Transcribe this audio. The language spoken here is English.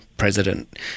president